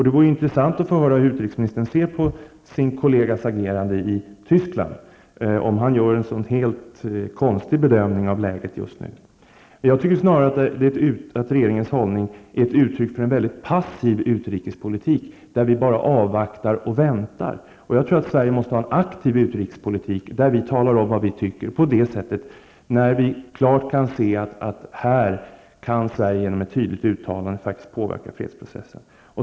Det vore intressant att få höra hur utrikesministern ser på sin kollegas agerande i Tyskland. Gör han en konstig bedömning av läget just nu? Jag tycker snarare att regeringens hållning är ett uttryck för en mycket passiv utrikespolitik. Vi bara avvaktar och väntar. Jag tror att Sverige måste ha en mycket aktiv utrikespolitik, där vi talar om vad vi tycker. Det är viktigt i de fall då vi klart kan se att Sverige genom ett tydligt uttalande kan påverka fredsprocessen.